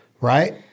right